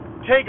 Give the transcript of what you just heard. take